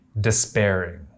despairing